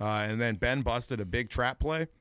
and then ben busted a big trap play